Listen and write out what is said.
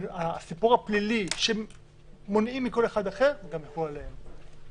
הסיפור הפלילי שמונעים מכל אחד אחר גם יחול עליהם.